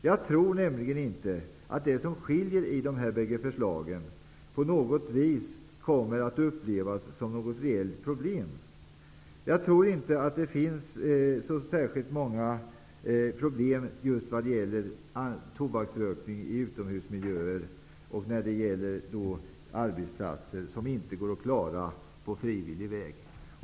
Jag tror nämligen inte att det som skiljer mellan dessa två förslag på något vis kommer att upplevas som något reellt problem. Det finns nog inte så särskilt stora problem just när det gäller tobaksrökning i utomhusmiljöer och på arbetsplatser, som inte går att klara på frivillig väg.